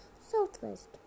southwest